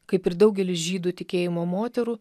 kaip ir daugelis žydų tikėjimo moterų